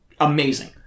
amazing